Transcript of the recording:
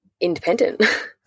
independent